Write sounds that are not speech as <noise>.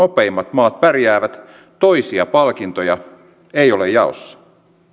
<unintelligible> nopeimmat maat pärjäävät toisia palkintoja ei ole jaossa